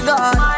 God